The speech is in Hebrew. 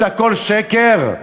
שהכול שקר?